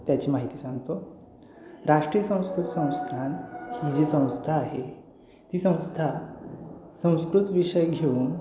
त्याची माहिती सांगतो राष्ट्रीय संस्कृत संस्थान ही जी संस्था आहे ती संस्था संस्कृत विषय घेऊन